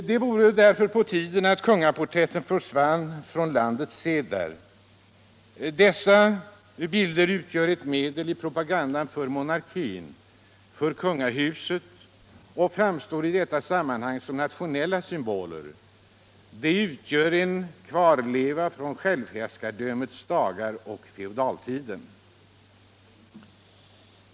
Det vore på tiden att kungaporträtten försvann från landets sedlar. Dessa bilder utgör ett medel i propagandan för monarkin, för kungahuset och framstår i detta sammanhang som nationella symboler. De utgör en kvarleva från självhärskardömets dagar och från feodaltiden.